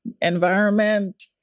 environment